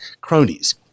cronies